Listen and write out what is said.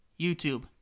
YouTube